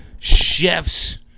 Chefs